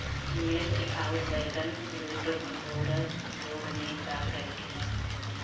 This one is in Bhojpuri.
मिर्च आउर बैगन रुटबोरर रोग में का करे के बा?